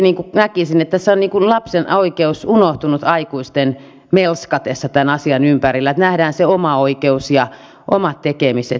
jotenkin näkisin että tässä on lapsen oikeus unohtunut aikuisten melskatessa tämän asian ympärillä ja nähdään se oma oikeus ja omat tekemiset